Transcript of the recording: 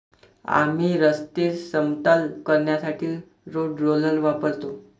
आम्ही रस्ते समतल करण्यासाठी रोड रोलर वापरतो